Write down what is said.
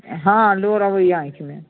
हाँ लोड़ अबैया आँखिमे